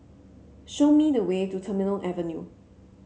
show me the way to Terminal Avenue